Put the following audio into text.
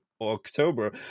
October